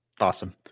Awesome